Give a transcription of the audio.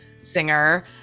singer